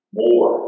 more